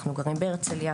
אנחנו גרים בהרצליה,